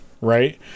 right